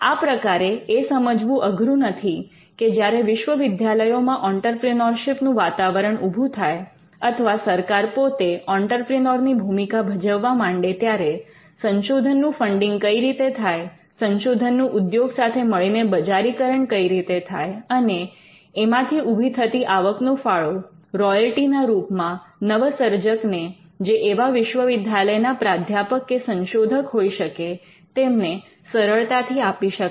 આ પ્રકારે એ સમજવું અઘરું નથી કે જ્યારે વિશ્વવિદ્યાલયોમાં ઑંટરપ્રિનોરશિપ નું વાતાવરણ ઊભું થાય અથવા સરકાર પોતે ઑંટરપ્રિનોર ની ભૂમિકા ભજવવા માંડે ત્યારે સંશોધનનું ફંડિંગ કઈ રીતે થાય સંશોધનનું ઉદ્યોગ સાથે મળીને બજારીકરણ કઈ રીતે થાય અને એમાંથી ઉભી થતી આવકનો ફાળો રોયલ્ટી ના રૂપમાં નવસર્જકને જે એવા વિશ્વવિદ્યાલયના પ્રાધ્યાપક કે સંશોધક હોઈ શકે તેમને સરળતાથી આપી શકાય